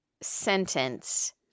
sentence